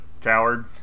coward